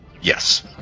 yes